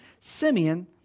Simeon